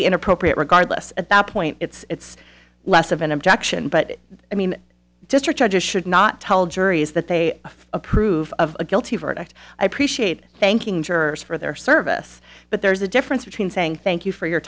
be inappropriate regardless at that point it's less of an objection but i mean just her charges should not tell juries that they approve of a guilty verdict i appreciate thanking jurors for their service but there's a difference between saying thank you for your